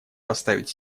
поставить